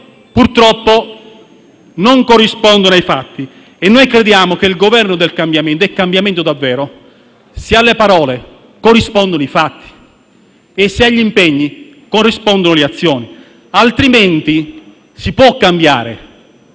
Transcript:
purtroppo non corrispondono ai fatti. Noi crediamo che vi sia un Governo del cambiamento - del cambiamento per davvero - se alle parole corrispondono i fatti e se agli impegni corrispondono le azioni. Altrimenti, quando si cambiano